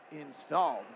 installed